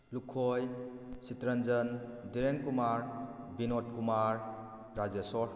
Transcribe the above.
Lukhoi Chittaranjan Dhirenkumar Binodkumar Rajeshor